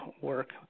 work